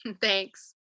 Thanks